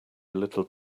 little